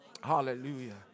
Hallelujah